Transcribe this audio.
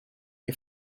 che